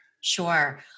Sure